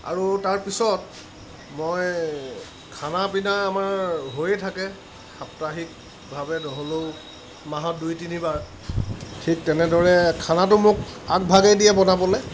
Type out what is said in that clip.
আৰু তাৰপিছত মই খানা পিনা আমাৰ হৈয়েই থাকে সাপ্তাহিকভাৱে নহ'লেও মাহত দুই তিনিবাৰ ঠিক তেনেদৰে খানাটো মোক আগভাগেই দিয়ে বনাবলৈ